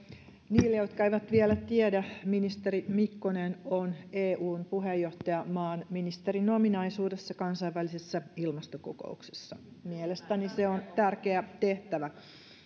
niille jotka eivät vielä tiedä ministeri mikkonen on eun puheenjohtajamaan ministerin ominaisuudessa kansainvälisessä ilmastokokouksessa mielestäni se on tärkeä tehtävä